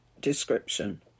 description